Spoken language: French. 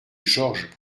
georges